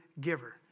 giver